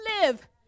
live